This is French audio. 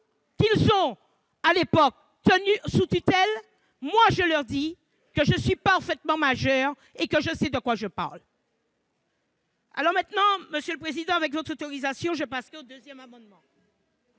qu'ils ont à l'époque tenus sous tutelle, je réponds que je suis parfaitement majeure et que je sais de quoi je parle